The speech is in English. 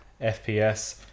FPS